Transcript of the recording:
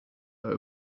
are